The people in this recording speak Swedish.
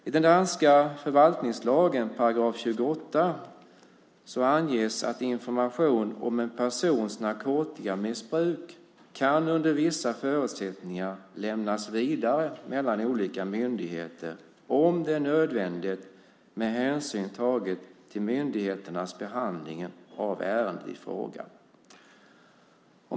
I den danska förvaltningslagen, § 28, anges att information om en persons narkotikamissbruk under vissa förutsättningar kan lämnas vidare mellan olika myndigheter om det är nödvändigt med hänsyn tagen till myndigheternas behandling av ärendet i fråga.